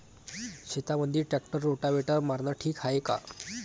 शेतामंदी tractor rotavator मारनं ठीक हाये का?